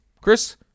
Chris